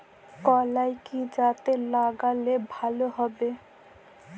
কলাই কি জাতে লাগালে ভালো হবে?